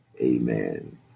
Amen